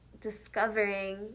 discovering